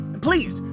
please